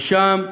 ושם,